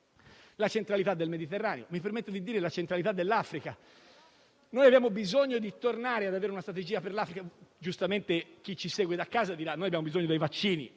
alla centralità del Mediterraneo, mi permetto di ribadire la centralità dell'Africa. Noi abbiamo bisogno di tornare ad avere una strategia per l'Africa. Giustamente, chi ci segue da casa dirà che noi abbiamo bisogno dei vaccini.